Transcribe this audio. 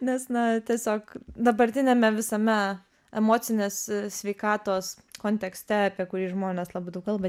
nes na tiesiog dabartiniame visame emocinės sveikatos kontekste apie kurį žmonės labai daug kalba